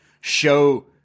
show